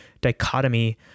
dichotomy